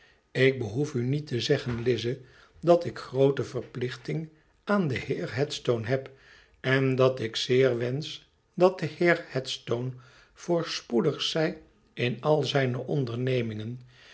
ik behoef u niet te zeggen lize dat ik groote verplichting aan den heer headstone heb en dat ik zeer wensch dat de heer headstone voorspoedig zij in al zijne ondernemingen